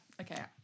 okay